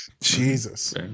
Jesus